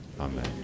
Amen